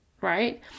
Right